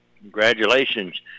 Congratulations